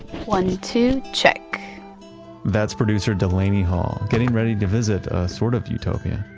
one, two check that's producer delaney hall getting ready to visit a sort of utopia.